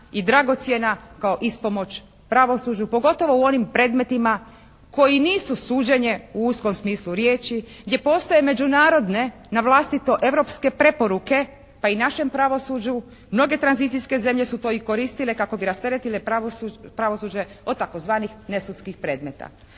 i dragocjena kao ispomoć pravosuđu pogotovo u onim predmetima koji nisu suđenje u uskom smislu riječi gdje postoje međunarodne na vlastito europske preporuke pa i našem pravosuđu. Mnoge tranzicijske zemlje su to i koristile kako bi rasteretile pravosuđe od tzv. ne sudskih predmeta.